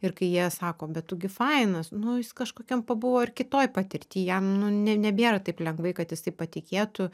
ir kai jie sako bet tu gi fainas nu jis kažkokiom pabuvo ir kitoj patirty jam nu ne nebėra taip lengvai kad jisai patikėtų